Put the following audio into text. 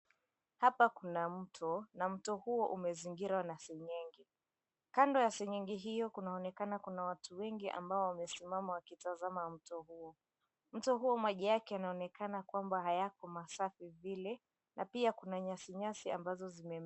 Hapa kuna mto na mto huo umezingirwa na seng'eng'e. Kando ya seng'eng'e hio kunaonekana kuna watu wengi ambao wamesimama wakitazama mto huo. Mto huo maji yake yanaonekana kwamba hayako masafi vile na pia kuna nyasi nyasi ambazo zimemea.